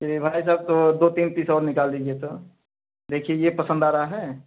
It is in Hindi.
चलिए भाईसाहब तो दो तीन पीस और निकाल दीजिए तो देखिए ये पसंद आ रहा है